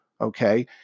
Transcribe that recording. Okay